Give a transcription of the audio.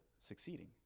succeeding